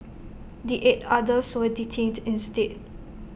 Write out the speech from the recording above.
the eight others were detained instead